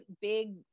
big